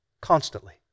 constantly